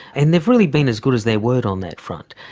and they've really been as good as their word on that front.